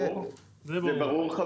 אבל זה ברור.